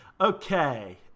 Okay